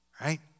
Right